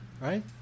right